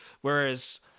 whereas